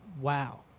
Wow